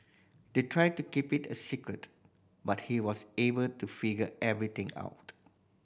they tried to keep it a secret but he was able to figure everything out